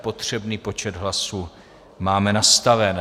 Potřebný počet hlasů máme nastaven.